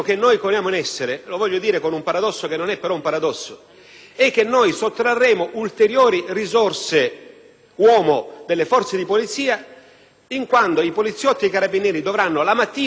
è che noi sottrarremo ulteriori risorse umane alle forze di polizia, in quanto i poliziotti e i carabinieri dovranno, la mattina, accompagnare a spasso, in passeggiata per il centro della città